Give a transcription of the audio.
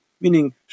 Meaning